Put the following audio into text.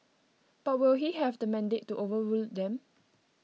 but will he have the mandate to overrule them